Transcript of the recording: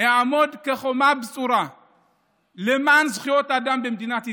אעמוד כחומה בצורה למען זכויות האדם במדינת ישראל.